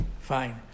fine